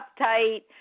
uptight